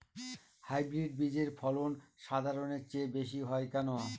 Hybrid বীজের ফলন সাধারণের চেয়ে বেশী হয় কেনো?